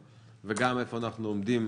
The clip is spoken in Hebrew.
וגם איפה אנחנו עומדים